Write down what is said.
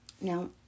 Now